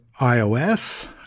iOS